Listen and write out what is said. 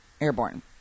Airborne